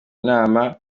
nama